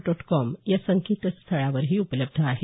dot com या संकेतस्थळावरही उपलब्ध आहे